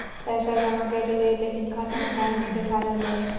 पैसा जमा कैले हिअई, लेकिन खाता में काहे नई देखा रहले हई?